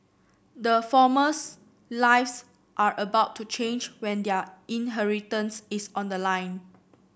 the former's lives are about to change when their inheritance is on the line